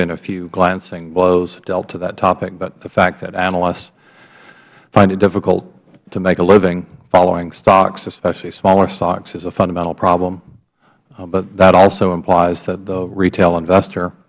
been a few glancing blows dealt to that topic but the fact that analysts find it difficult to make a living following stocks especially smaller stocks is a fundamental problem that also implies that the retail investor